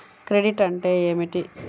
Credit అంటే ఏమిటి?